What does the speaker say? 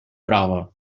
prova